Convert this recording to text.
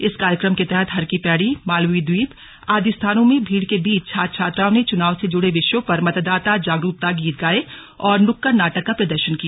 इस कार्यक्रम के तहत हरकी पैड़ी मालवीय द्वीप आदि स्थानों में भीड़ के बीच छात्र छात्राओं ने चुनाव से जुड़े विषयों पर मतदाता जागरूकता गीत गाए और नुक्कड़ नाटक का प्रदर्शन किया